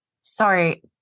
sorry